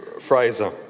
Fraser